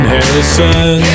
Harrison